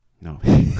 No